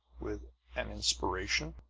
with an inspiration,